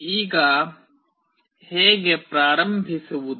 ಈಗ ಹೇಗೆ ಪ್ರಾರಂಭಿಸುವುದು